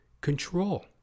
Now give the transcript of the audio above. control